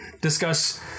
discuss